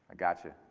got you.